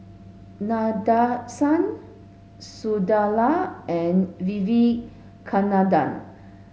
Nadesan Sunderlal and Vivekananda